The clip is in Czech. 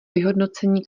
vyhodnocení